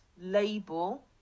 label